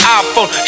iPhone